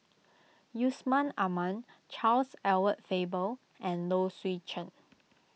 Yusman Aman Charles Edward Faber and Low Swee Chen